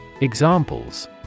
Examples